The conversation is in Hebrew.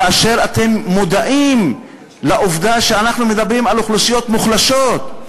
כאשר אתם מודעים לעובדה שאנחנו מדברים על אוכלוסיות מוחלשות,